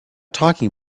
talking